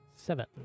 Seven